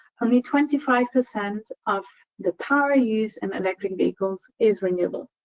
only twenty five percent of the power use in electric vehicles is renewable,